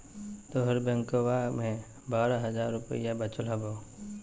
तोहर बैंकवा मे बारह हज़ार रूपयवा वचल हवब